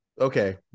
okay